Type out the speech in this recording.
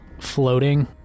floating